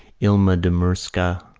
ilma de murzka,